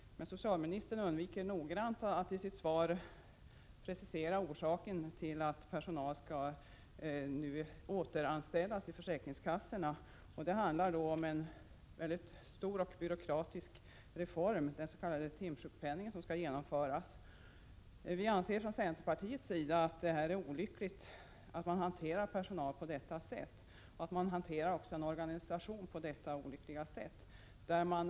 Men socialministern undviker noggrant att i sitt svar precisera orsaken till att personal skall återanställas vid försäkringskassorna. Det handlar om en stor och byråkratisk reform, den s.k. timsjukpenningen, som skall genomföras. Vi från centerpartiets sida anser det beklagligt att man hanterar personal och organisation på detta olyckliga sätt.